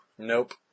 Nope